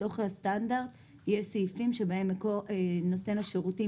בתוך הסטנדרט יש סעיפים שבהם נותן השירותים